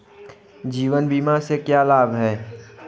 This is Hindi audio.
जीवन बीमा से क्या लाभ हैं?